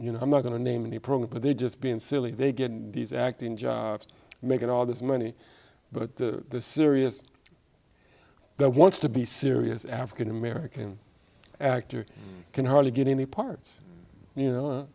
you know i'm not going to name any program but they're just being silly they get these acting jobs making all this money but the serious that wants to be serious african american actor can hardly get any parts you know